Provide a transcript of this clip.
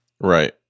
Right